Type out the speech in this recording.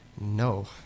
No